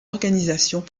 organisations